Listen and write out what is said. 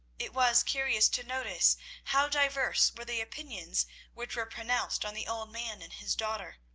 it was curious to notice how diverse were the opinions which were pronounced on the old man and his daughter.